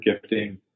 gifting